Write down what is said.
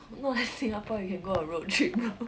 !wah! singapore you can go road trip lor